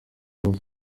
kibazo